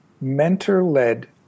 mentor-led